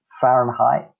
Fahrenheit